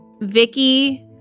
Vicky